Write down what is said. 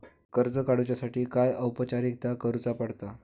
कर्ज काडुच्यासाठी काय औपचारिकता करुचा पडता?